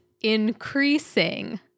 increasing